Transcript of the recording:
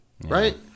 Right